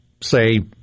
say